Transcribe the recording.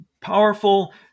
powerful